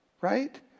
Right